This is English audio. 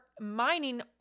mining